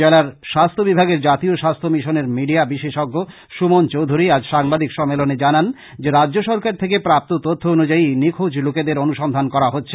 জেলার স্বাস্থ্য বিভাগের জাতীয় স্বাস্থ্য মিশনের মিডিয়া বিশেষজ্ঞ সুমন চৌধুরী আজ সাংবাদিক সম্মেলনে জানান যে রাজ্য সরকার থেকে প্রাপ্ত তথ্য অনুযায়ী এই নিখোঁজ লোকেদের অনুসন্ধান করা হচ্ছে